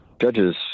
judges